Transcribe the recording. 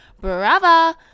brava